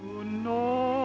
no